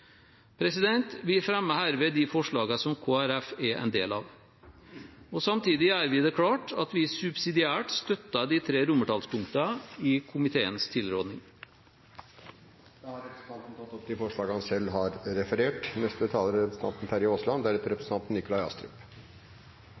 Vi fremmer herved de forslagene Kristelig Folkeparti er en del av. Samtidig gjør vi det klart at vi subsidiært støtter de tre romertallspunktene i komiteens tilråding. Representanten Steinar Reiten har tatt opp de forslagene han refererte til. Det Dokument 8-forslaget vi nå behandler, er